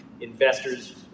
investors